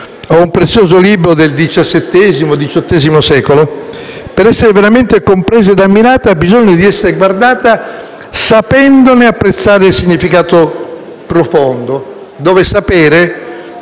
o un prezioso libro del XVII o XVIII secolo, per essere veramente compresa e ammirata ha bisogno di essere guardata sapendone apprezzare il significato profondo, laddove sapere